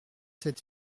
cette